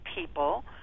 people